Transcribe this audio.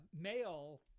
male